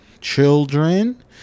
children